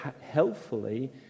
helpfully